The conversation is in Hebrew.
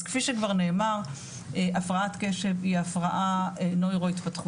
אז כפי שכבר נאמר הפרעת קשב היא הפרעה נוירו-התפתחותית,